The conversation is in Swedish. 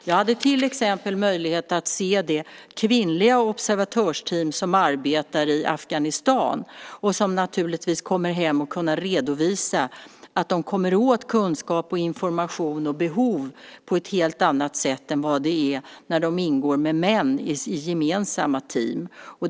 Jag hade till exempel möjlighet att se det kvinnliga observatörsteam som arbetar i Afghanistan och som naturligtvis kommer att kunna komma hem och redovisa att de kommer åt kunskap, information och behov på ett helt annat sätt än när de ingår i gemensamma team tillsammans med män.